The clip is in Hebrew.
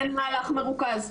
אין מהלך מרוכז.